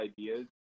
ideas